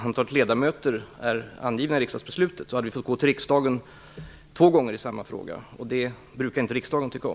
Skulle vi ha utvidgat nämnden interimistiskt hade vi då fått gå till riksdagen två gånger i samma fråga, och det brukar inte riksdagen tycka om.